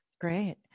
Great